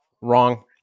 Wrong